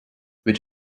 which